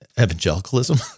evangelicalism